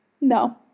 no